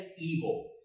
evil